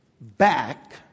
back